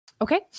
Okay